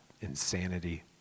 insanity